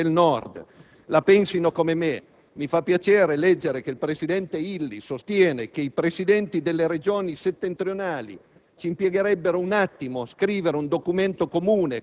Sono contento che gli amministratori della sinistra del Nord la pensino come me. Mi fa piacere leggere che il presidente Illy sostiene che i Presidenti delle Regioni settentrionali